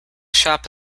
shop